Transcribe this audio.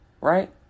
Right